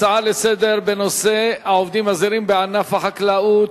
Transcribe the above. הצעה לסדר-היום בנושא: העובדים הזרים בענף החקלאות.